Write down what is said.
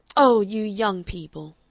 oh! you young people!